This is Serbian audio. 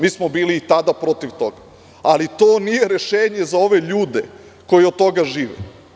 Mi smi i tada bili protiv toga, ali to nije rešenje za ove ljude koji od toga žive.